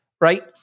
right